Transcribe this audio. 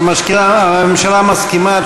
הממשלה מסכימה.